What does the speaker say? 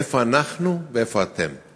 איפה אנחנו ואיפה אתם,